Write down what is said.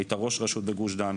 היית ראש רשות בגוש דן,